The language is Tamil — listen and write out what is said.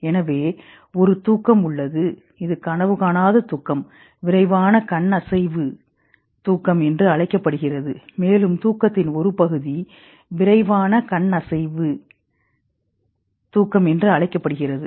எனவே ஒரு தூக்கம் உள்ளது இது கனவு காணாத தூக்கம் விரைவான கண் அசைவு தூக்கம் என்று அழைக்கப்படுகிறது மேலும் தூக்கத்தின் ஒரு பகுதி விரைவான கண் அசைவு தூக்கம் என்று அழைக்கப்படுகிறது